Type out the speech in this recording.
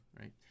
right